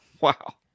Wow